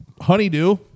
Honeydew